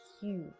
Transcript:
huge